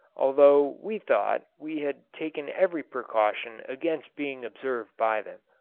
although we thought we had taken every precaution against being observed by them.